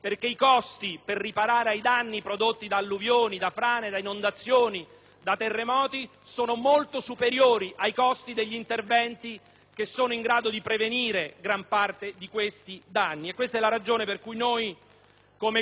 perché i costi per riparare i danni prodotti da alluvioni, frane, inondazioni e terremoti sono molto superiori ai costi degli interventi in grado di prevenire gran parte di tali danni. È questa la ragione per cui il nostro